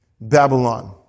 Babylon